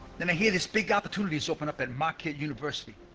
then i hear this big opportunity has opened up at marquette university